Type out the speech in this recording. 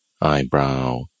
eyebrow